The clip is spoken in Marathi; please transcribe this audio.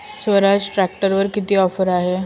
स्वराज ट्रॅक्टरवर किती ऑफर आहे?